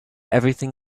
everything